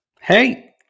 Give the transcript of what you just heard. Hey